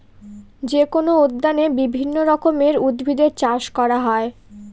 যেকোনো উদ্যানে বিভিন্ন রকমের উদ্ভিদের চাষ করা হয়